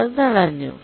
അത് തടഞ്ഞു